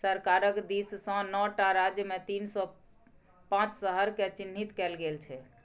सरकारक दिससँ नौ टा राज्यमे तीन सौ पांच शहरकेँ चिह्नित कएल गेल छै